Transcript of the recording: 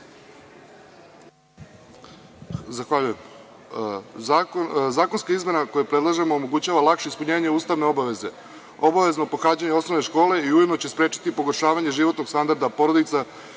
Zahvaljujem. Zakonska izmena koju predlažemo omogućava lakše ispunjenje ustavne obaveze, obavezno pohađanje osnovne škole i ujedno će sprečiti pogoršavanje životnog standarda porodica